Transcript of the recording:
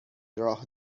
راه